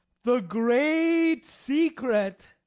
the great secret.